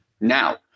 now